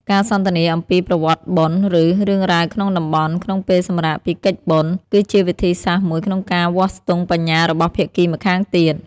ការសន្ទនាអំពី "ប្រវត្តិបុណ្យ" ឬ "រឿងរ៉ាវក្នុងតំបន់" ក្នុងពេលសម្រាកពីកិច្ចបុណ្យ គឺជាវិធីសាស្ត្រមួយក្នុងការវាស់ស្ទង់បញ្ញារបស់ភាគីម្ខាងទៀត។